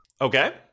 Okay